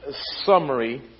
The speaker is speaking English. summary